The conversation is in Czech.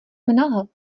mnoho